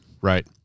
Right